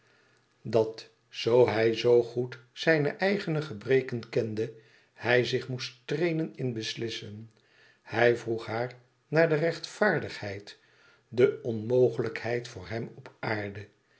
dat zoo hij zo goed zijne eigen gebreken kende hij zich moest trainen in beslissen hij vroeg haar naar de rechtvaardigheid de onmogelijkheid voor hem op aarde